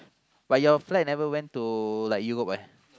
but your flag never went to like Europe leh